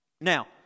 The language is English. Now